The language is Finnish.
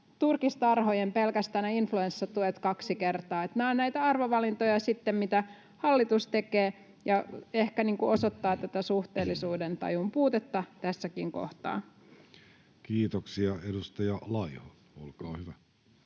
turkistarhojen influenssatuet kaksi kertaa. Nämä ovat sitten näitä arvovalintoja, mitä hallitus tekee, ja se ehkä osoittaa tätä suhteellisuudentajun puutetta tässäkin kohtaa. [Speech 322] Speaker: